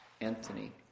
Anthony